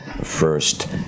first